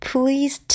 Please